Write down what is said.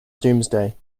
doomsday